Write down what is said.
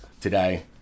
today